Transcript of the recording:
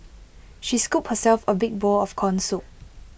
she scooped herself A big bowl of Corn Soup